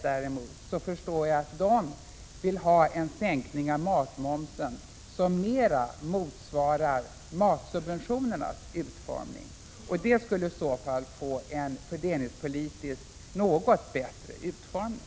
Däremot förstår jag att centerpartiet vill ha en sänkning av matmomsen som mera motsvarar matsubventionernas utformning. Det skulle få en fördelningspolitiskt något bättre effekt.